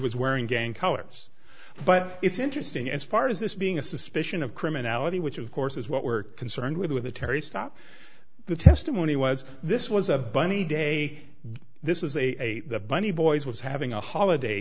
was wearing gang colors but it's interesting as far as this being a suspicion of criminality which of course is what we're concerned with with the terry stop the testimony was this was a bunny day this is a the bunny boy's was having a holiday